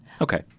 Okay